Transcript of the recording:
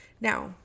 now